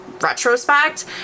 retrospect